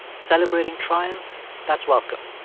celebrating triumph? that's welcome.